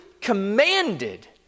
commanded